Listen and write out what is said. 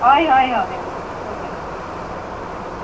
हय हय हय हय खबर